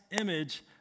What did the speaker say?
image